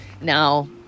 now